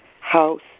house